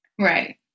Right